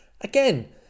again